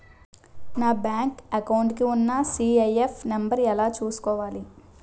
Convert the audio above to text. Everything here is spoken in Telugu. నా బ్యాంక్ అకౌంట్ కి ఉన్న సి.ఐ.ఎఫ్ నంబర్ ఎలా చూసుకోవాలి?